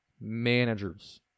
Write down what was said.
managers